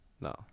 No